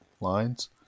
lines